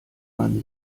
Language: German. man